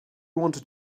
wanted